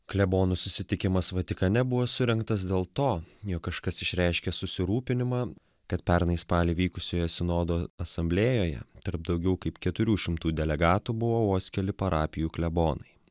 klebonų susitikimas vatikane buvo surengtas dėl to jog kažkas išreiškė susirūpinimą kad pernai spalį vykusioje sinodo asamblėjoje tarp daugiau kaip keturių šimtų delegatų buvo vos keli parapijų klebonai